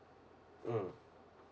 mm